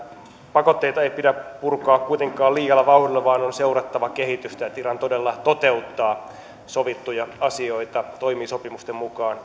pakotteita ei pidä purkaa kuitenkaan liialla vauhdilla vaan on seurattava kehitystä että iran todella toteuttaa sovittuja asioita toimii sopimusten mukaan